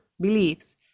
beliefs